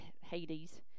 Hades